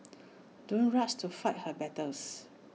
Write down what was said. don't rush to fight her battles